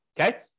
okay